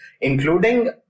including